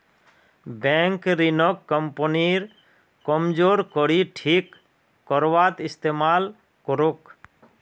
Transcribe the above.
bank ऋणक कंपनीर कमजोर कड़ी ठीक करवात इस्तमाल करोक